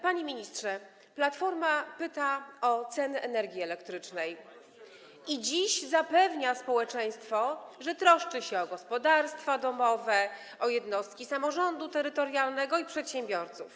Panie ministrze, Platforma pyta o ceny energii elektrycznej i dziś zapewnia społeczeństwo, że troszczy się o gospodarstwa domowe, o jednostki samorządu terytorialnego i przedsiębiorców.